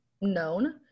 known